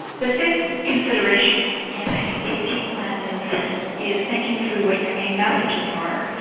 the fifth consideration in a kt plan is is thinking through what your main messages are.